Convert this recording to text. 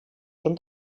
són